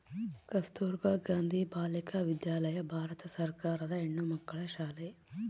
ಕಸ್ತುರ್ಭ ಗಾಂಧಿ ಬಾಲಿಕ ವಿದ್ಯಾಲಯ ಭಾರತ ಸರ್ಕಾರದ ಹೆಣ್ಣುಮಕ್ಕಳ ಶಾಲೆ